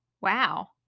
Wow